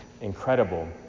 incredible